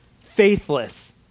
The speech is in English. faithless